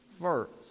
first